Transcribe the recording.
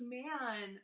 man